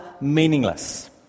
meaningless